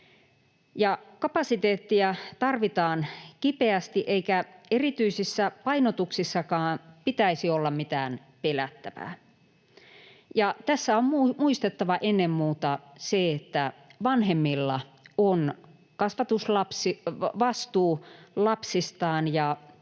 Kapasiteettia tarvitaan kipeästi, eikä erityisissä painotuksissakaan pitäisi olla mitään pelättävää. Ja tässä on muistettava ennen muuta se, että vanhemmilla on kasvatusvastuu lapsistaan ja